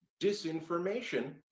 disinformation